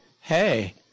hey